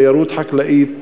תיירות חקלאית.